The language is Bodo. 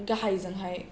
गाहाय जोंहाय